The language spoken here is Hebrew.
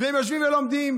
והם יושבים ולומדים.